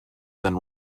than